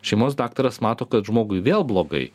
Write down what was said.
šeimos daktaras mato kad žmogui vėl blogai